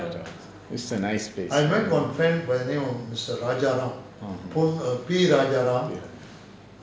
it's a nice place